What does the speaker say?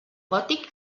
gòtic